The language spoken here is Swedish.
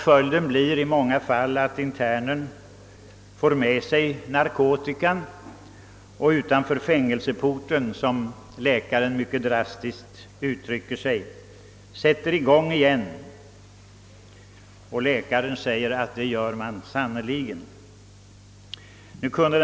Följden blir i många fall att internen får med sig sina narkotika och, såsom läkaren drastiskt uttrycker det, utanför fängelseporten sätter i gång igen, och det sannerligen med besked.